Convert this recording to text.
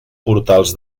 portals